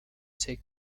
take